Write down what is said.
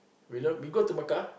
you go to Mecca